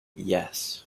yes